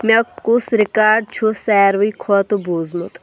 مےٚ کُس ریکاڈ چھُ ساروِی کھۄتہٕ بوٗزمُت